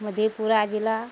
मधेपुरा जिला